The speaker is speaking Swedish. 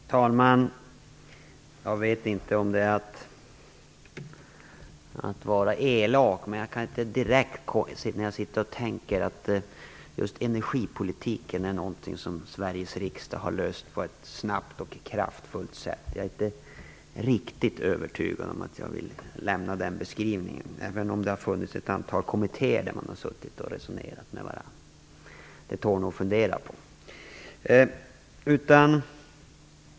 Herr talman! Jag vet inte om det är elakt sagt, men jag kan inte tänka mig att just energipolitiken är någonting som Sveriges riksdag har löst på ett snabbt och kraftfullt sätt. Jag är inte riktigt övertygad om att jag vill göra den beskrivningen, även om man har suttit och resonerat med varandra om detta i ett antal kommittéer. Det tål nog att fundera på.